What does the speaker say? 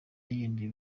yindi